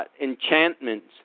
enchantments